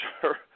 sure